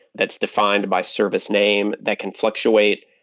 that's defined by service name that can fluctuate.